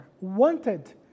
wanted